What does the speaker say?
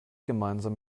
gemeinsam